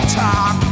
talk